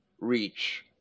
reach